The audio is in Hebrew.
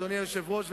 אדוני היושב-ראש,